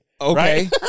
Okay